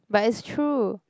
but it's true